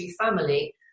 family